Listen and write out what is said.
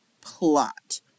plot